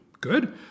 good